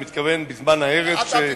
אני מתכוון, בשעת ההרס.